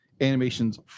Animation's